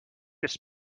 just